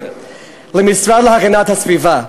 למשרד להגנת הסביבה,